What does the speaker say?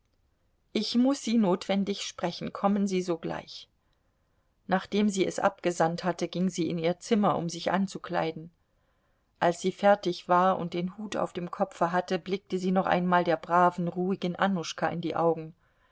ich muß sie notwendig sprechen kommen sie sogleich nachdem sie es abgesandt hatte ging sie in ihr zimmer um sich anzukleiden als sie fertig war und den hut auf dem kopfe hatte blickte sie noch einmal der braven ruhigen annuschka in die augen